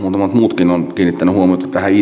on ollutkin eniten huomaa tai